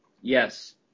Yes